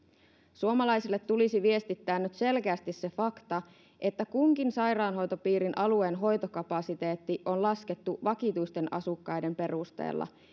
suomalaisille tulisi viestittää nyt selkeästi se fakta että kunkin sairaanhoitopiirin alueen hoitokapasiteetti on laskettu vakituisten asukkaiden perusteella